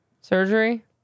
surgery